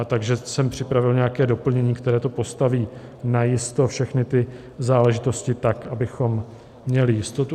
Takže jsem připravil nějaké doplnění, které to postaví najisto, všechny ty záležitosti, tak, abychom měli jistotu.